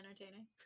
entertaining